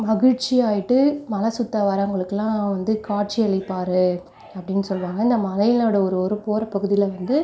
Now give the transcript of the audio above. மகிழ்ச்சி ஆயிட்டு மலை சுற்ற வரங்களுக்கெலாம் வந்து காட்சியளிப்பார் அப்படின்னு சொல்லுவாங்க இந்த மலையிலோடய ஒரு ஒரு ஓரப் பகுதியில் வந்து